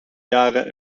jaren